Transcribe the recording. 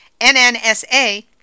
NNSA